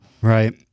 Right